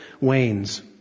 wanes